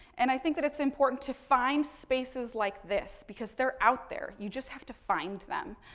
and i think that it's important to find spaces like this because they're out there, you just have to find them.